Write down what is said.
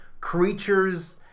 creatures